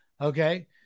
Okay